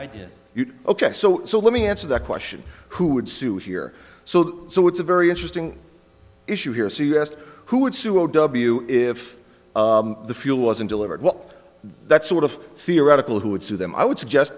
idea ok so so let me answer the question who would sue here so so it's a very interesting issue here so yes who would sue o w if the fuel wasn't delivered well that's sort of theoretical who would sue them i would suggest